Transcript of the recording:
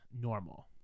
normal